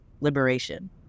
liberation